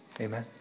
Amen